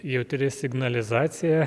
jautri signalizacija